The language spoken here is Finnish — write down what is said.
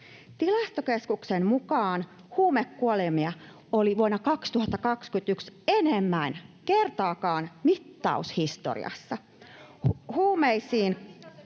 Tilastokeskuksen mukaan huumekuolemia oli vuonna 2021 enemmän kuin kertaakaan mittaushistoriassa.